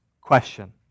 question